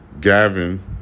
Gavin